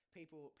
People